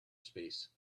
space